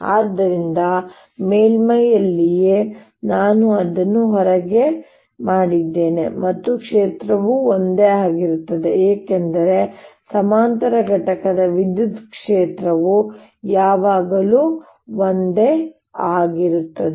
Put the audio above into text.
ಆದ್ದರಿಂದ ಮೇಲ್ಮೈಯಲ್ಲಿಯೇ ನಾನು ಅದನ್ನು ಹೊರಗೆ ಮಾಡಿದ್ದೇನೆ ಮತ್ತು ಕ್ಷೇತ್ರವು ಒಂದೇ ಆಗಿರುತ್ತದೆ ಏಕೆಂದರೆ ಸಮಾನಾಂತರ ಘಟಕ ವಿದ್ಯುತ್ ಕ್ಷೇತ್ರವು ಯಾವಾಗಲೂ ಒಂದೇ ಆಗಿರುತ್ತದೆ